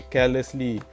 Carelessly